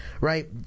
Right